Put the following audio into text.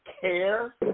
Care